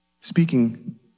speaking